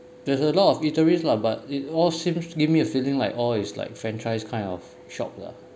there's a lot of eateries lah but it all seems to give me a feeling like all is like franchise kind of shop lah